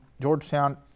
Georgetown